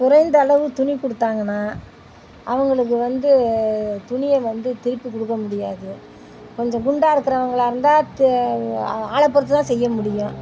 குறைந்த அளவு துணி கொடுத்தாங்கன்னா அவங்களுக்கு வந்து துணியை வந்து திருப்பிக் கொடுக்க முடியாது கொஞ்சம் குண்டாக இருக்கறவங்களா இருந்தால் து ஆளைப் பொறுத்து தான் செய்ய முடியும்